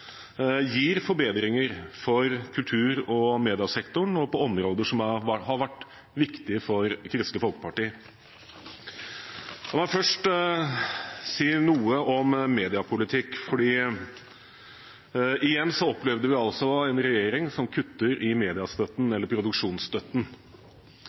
gir forbedringer for kultur- og mediesektoren og på områder som har vært viktige for Kristelig Folkeparti. La meg først si noe om mediepolitikk. Igjen opplevde vi en regjering som kutter i mediestøtten,